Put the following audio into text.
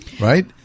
right